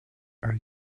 are